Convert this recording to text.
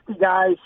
guys